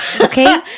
okay